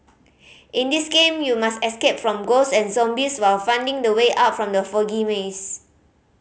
in this game you must escape from ghosts and zombies while finding the way out from the foggy maze